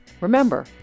Remember